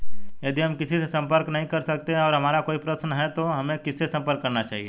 यदि हम किसी से संपर्क नहीं कर सकते हैं और हमारा कोई प्रश्न है तो हमें किससे संपर्क करना चाहिए?